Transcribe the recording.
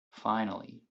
finally